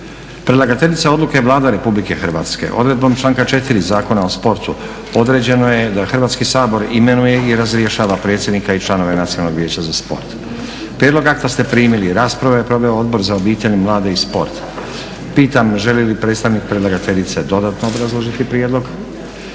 Predlagateljica odluke je Vlada Republike Hrvatske. Odredbom članka 4. Zakona o sportu određeno je Hrvatski sabor imenuje i razrješava predsjednika i članove Nacionalnog vijeća za sport. Prijedlog akta ste primili. Raspravu je proveo Odbor za obitelj, mlade i sport. Pitam želi li predstavnik predlagateljice dodatno obrazložiti prijedlog?